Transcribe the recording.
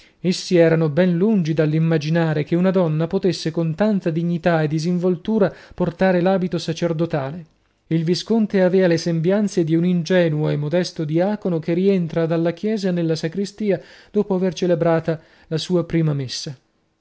essi erano ben lungi dall'immaginare che una donna potesse con tanta dignità e disinvoltura portare l'abito sacerdotale il visconte avea le sembianze di un ingenuo e modesto diacono che rientra dalla chiesa nella sacristia dopo aver celebrata la sua prima messa